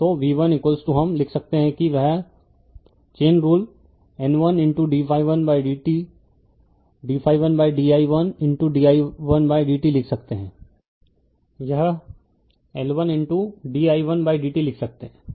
तो v1हम लिख सकते हैं कि वह chain rule N 1 d di1 di1dt लिख सकते हैं यह L1 di1dt लिख सकते है